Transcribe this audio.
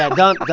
um don't.